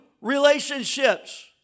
relationships